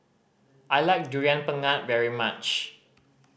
I like Durian Pengat very much